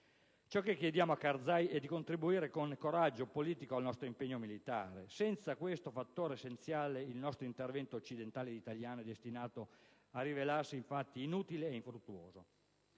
Ciò che chiediamo a Karzai è di contribuire con coraggio politico al nostro impegno militare; senza questo fattore essenziale, il nostro intervento, occidentale ed italiano, è destinato a rivelarsi inutile e infruttuoso.